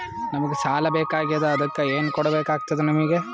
ನಮಗ ಸಾಲ ಬೇಕಾಗ್ಯದ ಅದಕ್ಕ ಏನು ಕೊಡಬೇಕಾಗ್ತದ ನಿಮಗೆ?